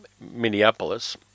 Minneapolis